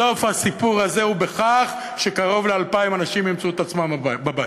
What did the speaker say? סוף הסיפור הזה הוא בכך שקרוב ל-2,000 אנשים ימצאו את עצמם בבית.